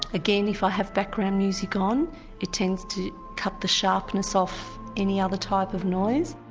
again if i have background music on it tends to cut the sharpness off any other type of noise.